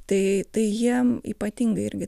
tai tai jiem ypatingai irgi